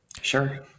sure